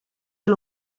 del